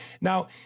Now